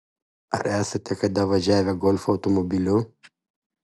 ar esate kada važiavę golfo automobiliu